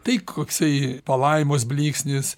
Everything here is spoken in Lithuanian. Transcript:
tai koksai palaimos blyksnis